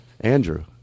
Andrew